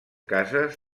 cases